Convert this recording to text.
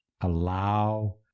allow